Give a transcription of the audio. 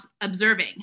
observing